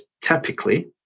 typically